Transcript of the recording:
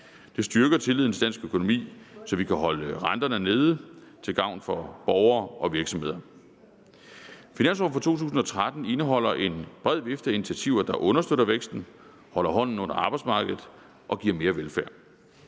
Det styrker tilliden til dansk økonomi, så vi kan holde renterne nede til gavn for borgere og virksomheder. Finansloven for 2013 indeholder en bred vifte af initiativer, der understøtter væksten, holder hånden under arbejdsmarkedet og giver mere velfærd.